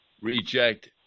reject